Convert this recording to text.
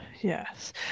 yes